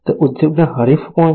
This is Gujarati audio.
તો ઉદ્યોગના હરીફ કોણ છે